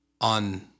on